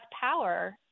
power